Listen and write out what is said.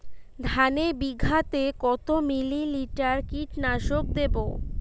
ধানে বিঘাতে কত মিলি লিটার কীটনাশক দেবো?